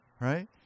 right